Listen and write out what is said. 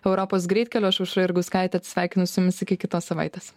europos greitkeliu aš aušra jurgauskaitė atsisveikinu su jumis iki kitos savaitės